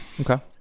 Okay